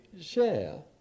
share